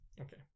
Okay